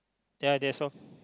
ya that's all